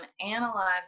analyze